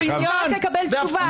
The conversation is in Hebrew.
אני רוצה לקבל תשובה.